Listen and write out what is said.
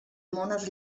mones